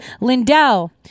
Lindell